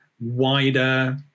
wider